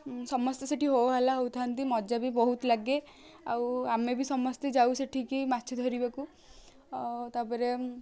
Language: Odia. ସମସ୍ତେ ସେଇଠି ହୋ ହାଲ୍ଲା ହଉଥାନ୍ତି ମଜା ବି ବହୁତ ଲାଗେ ଆଉ ଆମେ ବି ସମସ୍ତେ ଯାଉ ସେଠିକି ମାଛ ଧରିବାକୁ ଆଉ ତାପରେ